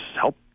help